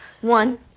One